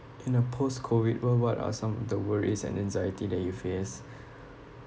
in a post-COVID world what are some of the worries and anxiety that you face